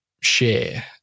share